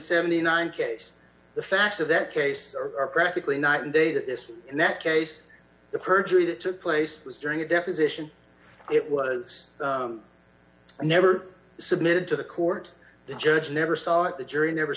seventy nine case the facts of that case are practically night and day that this and that case the perjury that took place was during a deposition it was never submitted to the court the judge never saw it the jury never